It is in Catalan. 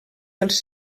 dels